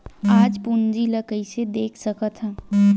अपन पूंजी ला कइसे देख सकत हन?